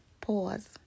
pause